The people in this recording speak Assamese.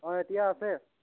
অ এতিয়া আছে